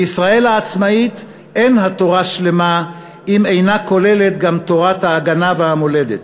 בישראל העצמאית אין התורה שלמה אם אינה כוללת גם תורת ההגנה והמולדת".